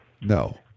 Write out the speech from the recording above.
no